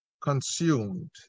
consumed